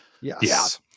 Yes